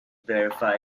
verify